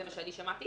כך אני שמעתי.